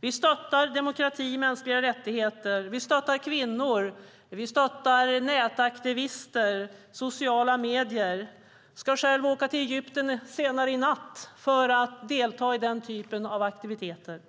Vi stöttar demokrati och mänskliga rättigheter. Vi stöttar kvinnor. Vi stöttar nätaktivister och sociala medier. Jag ska själv åka till Egypten senare i natt för att delta i den typen av aktiviteter.